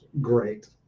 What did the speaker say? Great